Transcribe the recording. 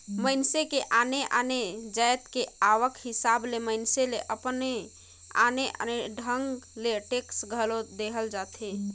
मइनसे के आने आने जाएत के आवक हिसाब ले मइनसे ले आने आने ढंग ले टेक्स घलो लेहल जाथे